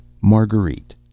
Marguerite